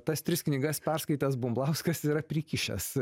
tas tris knygas perskaitęs bumblauskas yra prikišęs